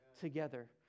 together